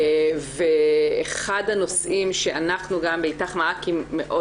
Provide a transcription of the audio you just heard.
ואחד הנושאים שאנחנו גם ב"אית"ך-מעכי" מאוד